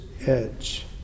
edge